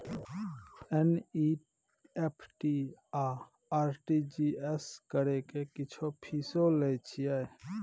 NEFT आ RTGS करै के कुछो फीसो लय छियै?